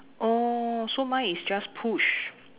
oh so mine is just push